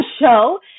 show